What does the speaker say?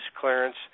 clearance